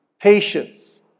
patience